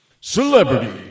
Celebrity